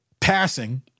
passing